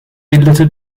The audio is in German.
bildete